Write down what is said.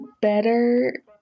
better